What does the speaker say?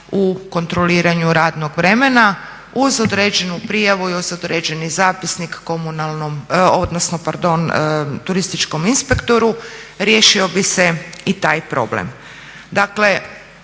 u kontroliranju radnog vremena uz određenu prijavu i uz određeni zapisnik komunalnom, odnosno pardon turističkom inspektoru riješio bi se i taj problem.